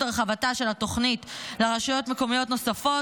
הרחבתה של התוכנית לרשויות מקומיות נוספות,